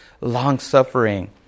long-suffering